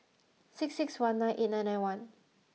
six six one nine eight nine nine one